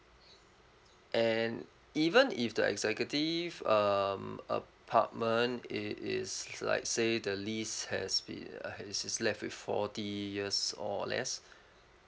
and even if the executive um apartment it is like say the lease has been uh has is is left with forty years or less